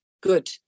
Good